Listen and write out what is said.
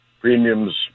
premiums